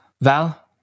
Val